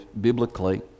biblically